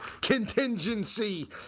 contingency